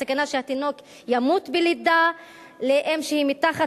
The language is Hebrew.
הסכנה שהתינוק ימות בלידה לאם שהיא מתחת